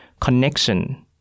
connection